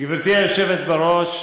גברתי היושבת-ראש,